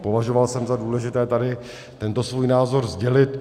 Považoval jsem za důležité tady tento svůj názor sdělit.